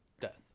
death